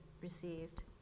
received